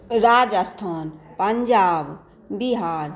Rajasthan Punjab Bihar